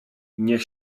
niech